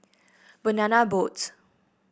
Banana Boat